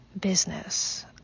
business